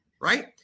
right